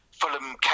Fulham